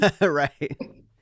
Right